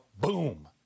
boom